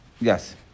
yes